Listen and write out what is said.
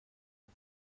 ati